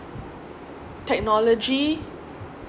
technology